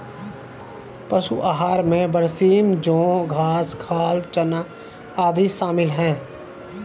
पशु आहार में बरसीम जौं घास खाल चना आदि शामिल है